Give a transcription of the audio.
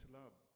love